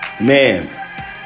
man